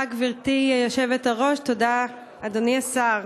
תודה, גברתי היושבת-ראש, אדוני השר,